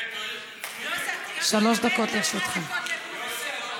שלוש דקות לרשותך.